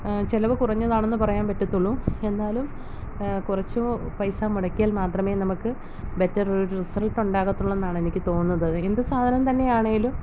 ചിലവ് കുറഞ്ഞതാണെന്ന് പറയാൻ പറ്റത്തുള്ളു എന്നാലും കുറച്ചൂ പൈസ മുടക്കിയാൽ മാത്രമേ നമുക്ക് ബെറ്റർ ഒരു റിസൾട്സ് ഉണ്ടാകത്തുള്ളൂ എന്നാണ് എനിക്ക് തോന്നുന്നത് എന്ത് സാധനം തന്നെയാണേലും